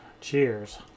Cheers